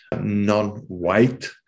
non-white